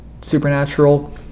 supernatural